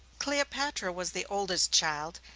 cleopatra was the oldest child,